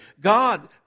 God